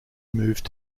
moved